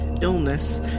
illness